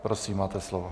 Prosím, máte slovo.